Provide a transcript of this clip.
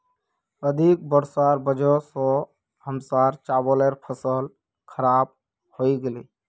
अधिक वर्षार वजह स हमसार चावलेर फसल खराब हइ गेले